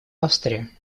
австрия